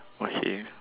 okay